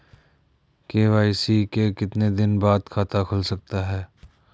KYC के कितने दिन बाद खाता खुल सकता है?